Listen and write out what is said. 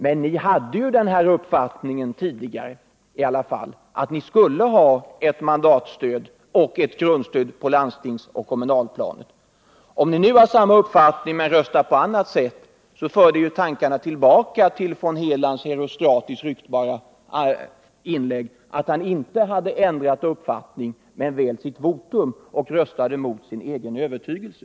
Men ni hade ju i alla fall tidigare den uppfattningen att vi skall ha ett mandatstöd och ett grundstöd på landstingsplanet och på det kommunala planet. Om ni nu har samma uppfattning men röstar på annat sätt leder det tankarna tillbaka till von Helands herostratiskt ryktbara inlägg där han framhöll att han inte hade ändrat uppfattning, men väl sitt votum, och röstade mot sin egen övertygelse.